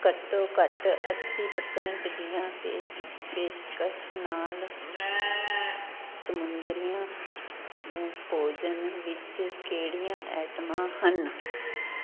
ਘੱਟੋ ਘੱਟ ਅੱਸੀ ਪ੍ਰਸੈਂਟ ਦੀਆਂ ਪੇਸ਼ ਪੇਸ਼ਕਸ਼ ਨਾਲ ਸਮੁੰਦਰੀ ਭੋਜਨ ਵਿੱਚ ਕਿਹੜੀਆਂ ਆਈਟਮਾਂ ਹਨ